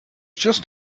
just